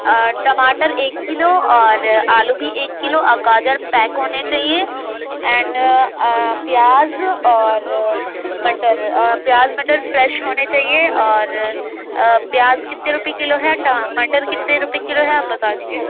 ٹماٹر ایک کلو اور آلو بھی ایک کلو اور گاجر پیک ہونے چاہیے اینڈ پیاز اور مٹر پیاز مٹر فریش ہونے چاہیے اور پیاز کتنے روپئے کلو ہے مٹر کتنے روپئے کلو ہے آپ بتا دیجئے